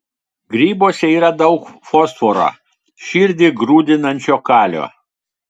grybuose yra daug fosforo širdį grūdinančio kalio